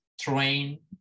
train